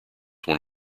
one